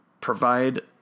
Provide